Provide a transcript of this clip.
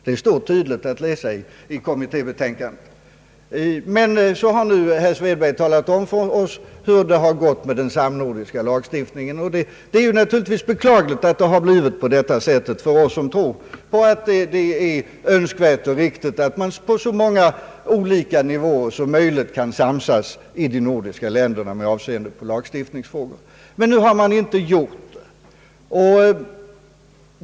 Det står tydligt i kommittébetänkandet. Nu har herr Svedberg talat om för oss hur det har gått med den samnordiska lagstiftningen. Resultatet är naturligtvis beklagligt för oss som tror på att det är önskvärt och riktigt att på så många olika nivåer som möjligt kunna samsas i de nordiska länderna med avseende på lagstiftningsfrågor. Nu har man inte gjort det.